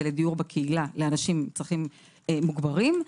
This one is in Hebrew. לדיור בקהילה לאנשים עם צרכים מוגברים,